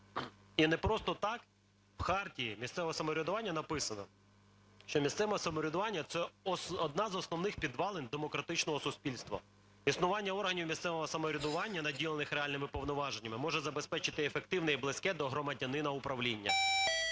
І непросто так в хартії місцевого самоврядування написано, що місцеве самоврядування – це одна з основних підвалин демократичного суспільства. Існування органів місцевого самоврядування, наділених реальними повноваженнями, може забезпечити ефективне і близьке до громадянина управління.